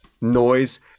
noise